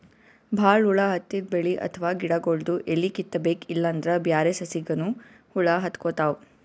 ಭಾಳ್ ಹುಳ ಹತ್ತಿದ್ ಬೆಳಿ ಅಥವಾ ಗಿಡಗೊಳ್ದು ಎಲಿ ಕಿತ್ತಬೇಕ್ ಇಲ್ಲಂದ್ರ ಬ್ಯಾರೆ ಸಸಿಗನೂ ಹುಳ ಹತ್ಕೊತಾವ್